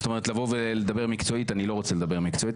זאת אומרת לבוא ולדבר מקצועית אני לא רוצה לדבר מקצועית,